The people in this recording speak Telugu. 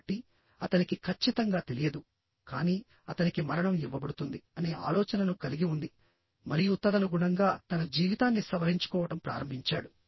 కాబట్టి అతనికి ఖచ్చితంగా తెలియదు కానీ అతనికి మరణం ఇవ్వబడుతుంది అనే ఆలోచనను కలిగి ఉంది మరియు తదనుగుణంగా తన జీవితాన్ని సవరించుకోవడం ప్రారంభించాడు